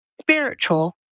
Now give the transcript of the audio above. spiritual